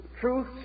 truth